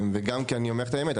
וגם כן אני אומר לך את האמת,